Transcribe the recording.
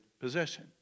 possession